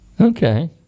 Okay